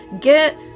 get